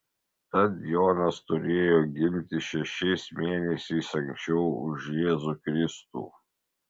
tad jonas turėjo gimti šešiais mėnesiais anksčiau už jėzų kristų